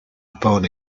upon